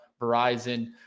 Verizon